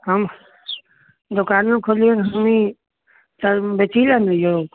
हम दोकानो खोलली हमही सभ बेचही लऽ ने यौ